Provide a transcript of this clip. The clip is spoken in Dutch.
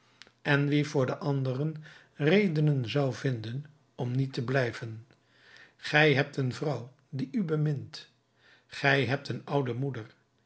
en wie voor de anderen redenen zou vinden om niet te blijven gij hebt een vrouw die u bemint gij hebt een oude moeder